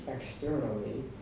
externally